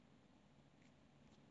ya